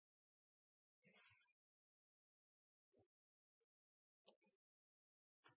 er der.